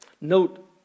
Note